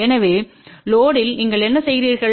எனவே லோடுயில் நீங்கள் என்ன செய்கிறீர்கள்